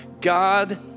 God